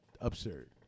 absurd